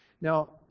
Now